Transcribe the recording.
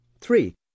Three